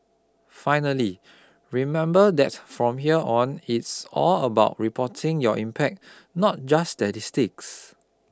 finally remember that from here on it's all about reporting your impact not just statistics